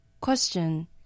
Question